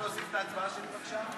הממשלה (תיקון, חובת מינוי ממלא מקום ראש הממשלה)